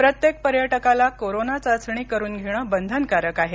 प्रत्येक पर्यटकाला कोरोना चाचणी करून घेणं बंधनकारक आहे